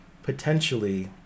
Potentially